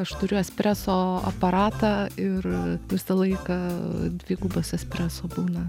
aš turiu espreso aparatą ir visą laiką dvigubas espreso būna